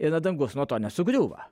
ir na dangus nuo to nesugriūva